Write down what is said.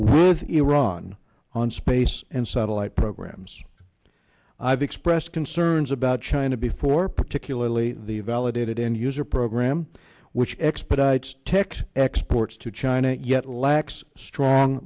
with iran on space and satellite programs i've expressed concerns about china before particularly the validated end user program which expedites text exports to china yet lacks strong